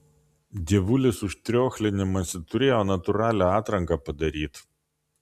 dievulis už triochlinimąsi turėjo natūralią atranką padaryt